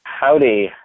Howdy